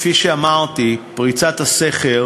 כפי שאמרתי, פריצת הסכר